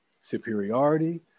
Superiority